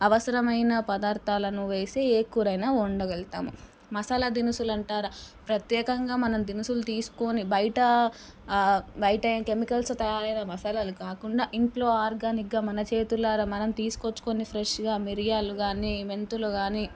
అవసరమైన పదార్థాలను వేసి ఏ కూరయినా వండగలుగుతాము మసాలా దినుసులు అంటారా ప్రత్యేకంగా మనం దినుసులు తీసుకొని బయట బయటేం కెమికల్స్ తయారైన మసాలాలు కాకుండా ఇంట్లో ఆర్గానిగ్గా ఉన్న మన చేతులారా మనం తీసుకొచ్చుకొని ఫ్రెష్గా మిరియాలు కానీ మెంతులు కానీ